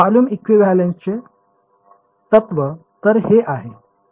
volume equivalence तत्त्व तर हे आहे